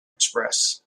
express